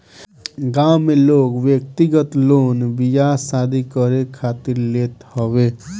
गांव में लोग व्यक्तिगत लोन बियाह शादी करे खातिर लेत हवे